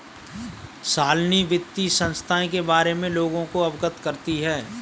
शालिनी वित्तीय संस्थाएं के बारे में लोगों को अवगत करती है